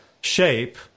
shape